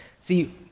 See